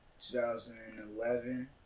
2011